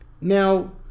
Now